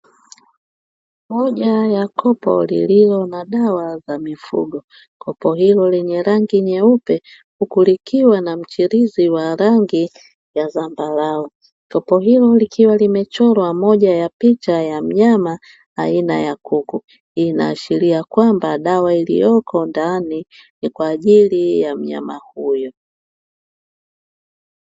Moja ya kopo lililo na dawa za mifugo, kopo hilo lenye rangi nyeupe huku likiwa na mchirizi wa rangi ya zambarau, kopo hilo likiwa limechorwa moja ya picha ya mnyama aina ya kuku, hii inaashiria kwamba dawa iliyoko ndani ni kwa ajili ya mnyama huyo.